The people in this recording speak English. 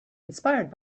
inspired